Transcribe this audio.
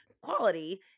quality